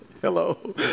Hello